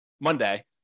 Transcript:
monday